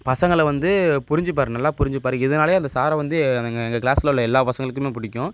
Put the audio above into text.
பசங்களை வந்து புரிஞ்சிப்பார் நல்லா புரிஞ்சிப்பார் இதனாலையே அந்த சாரை வந்து எனக்கு எங்கள் கிளாஸில் உள்ள எல்லா பசங்களுக்குமே பிடிக்கும்